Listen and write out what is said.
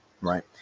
Right